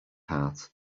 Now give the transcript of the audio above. heart